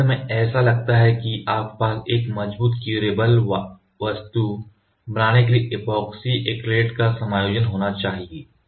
तो अंत में ऐसा लगता है कि आपके पास एक मजबूत क्यूरेबल वास्तु बनाने के लिए ऐपोक्सी एक्रिलेट्स का संयोजन होना चाहिए